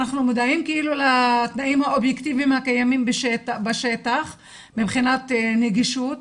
אנחנו מודעים לתנאים האובייקטיבים הקיימים בשטח מבחינת נגישות.